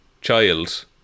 child